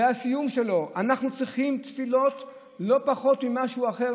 והסיום שלו אנחנו צריכים תפילות לא פחות ממשהו אחר,